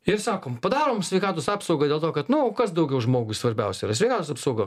ir sakom padarom sveikatos apsaugą dėl to kad nu o kas daugiau žmogui svarbiausia yra sveikatos apsauga